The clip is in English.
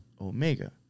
Omega